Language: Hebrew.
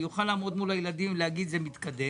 אוכל לעמוד מול הילדים ולהגיד זה מתקדם,